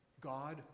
God